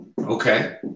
Okay